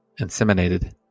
inseminated